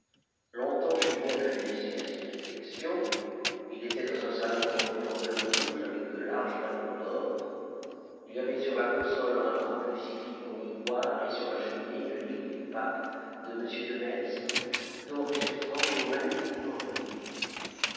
longtemps julien fut laissé à ses réflexions il était dans un salon tendu en velours rouge avec de larges galons d'or il y avait sur la console un grand crucifix en ivoire et sur la cheminée le livre du pape de m de maistre doré sur tranches et magnifiquement relié